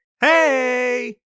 Hey